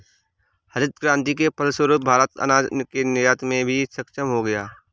हरित क्रांति के फलस्वरूप भारत अनाज के निर्यात में भी सक्षम हो गया